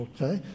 Okay